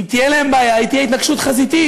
אם תהיה להם בעיה היא תהיה התנגשות חזיתית,